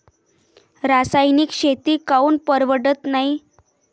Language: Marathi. रासायनिक शेती काऊन परवडत नाई?